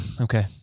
Okay